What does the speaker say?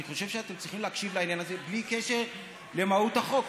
אני חושב שאתם צריכים להקשיב לעניין הזה בלי קשר למהות החוק.